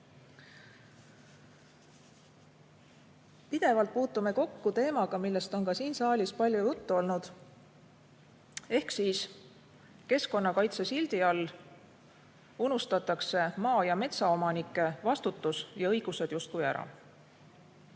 Pidevalt puutume kokku teemaga, millest on ka siin saalis palju juttu olnud. Nimelt, keskkonnakaitse sildi all unustatakse maa- ja metsaomanike vastutus ja õigused justkui ära.